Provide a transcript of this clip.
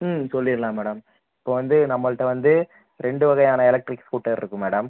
ம் சொல்லிடலாம் மேடம் இப்போ வந்து நம்மள்ட்ட வந்து ரெண்டு வகையான எலெக்ட்ரிக் ஸ்கூட்டர் இருக்குது மேடம்